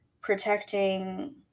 protecting